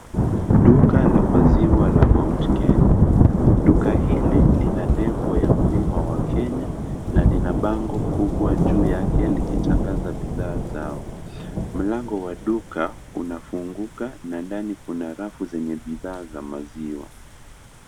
Duka la maziwa la Mt Kenya. Duka hili lina nembo ya mlima wa Kenya na lina bango kubwa juu yake likitangaza bidhaa zao. Mlango wa duka unafunguka na ndani kuna rafu zenye bidhaa za maziwa.